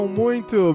muito